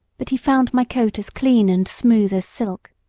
but he found my coat as clean and smooth as silk.